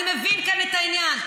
אני מבין כאן את העניין,